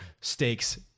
Stakes